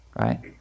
right